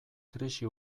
krisi